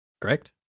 Correct